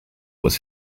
was